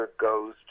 goes